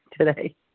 today